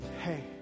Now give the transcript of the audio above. hey